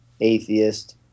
atheist –